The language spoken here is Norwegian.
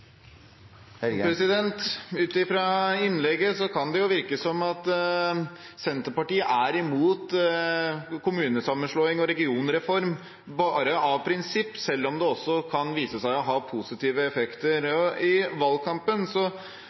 fylke. Ut ifra innlegget kan det virke som at Senterpartiet er imot kommunesammenslåing og regionreform bare av prinsipp, selv om det også kan vise seg å ha positive effekter. I valgkampen